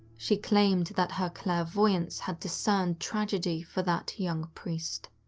she claimed that her clairvoyance had discerned tragedy for that young priest.